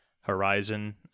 horizon